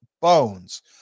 Bones